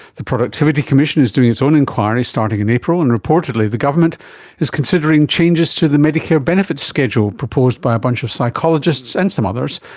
the productivity commission is doing its own enquiry starting in april, and reportedly the government is considering changes to the medicare benefit schedule proposed by a bunch of psychologists and some others,